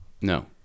No